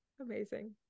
amazing